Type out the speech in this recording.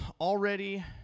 already